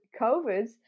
COVID